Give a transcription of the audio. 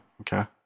okay